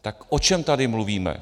Tak o čem tady mluvíme?